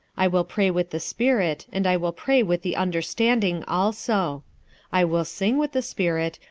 i will pray with the spirit, and i will pray with the understanding also i will sing with the spirit,